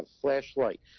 flashlight